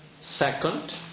Second